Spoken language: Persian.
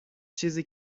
چیزی